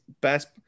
Best